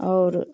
और